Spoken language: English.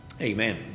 amen